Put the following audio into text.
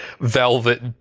velvet